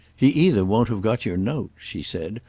he either won't have got your note, she said,